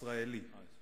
והשמצותיו.